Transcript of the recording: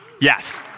Yes